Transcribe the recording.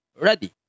Ready